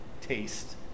taste